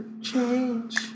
change